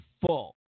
full